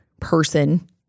person